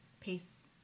peace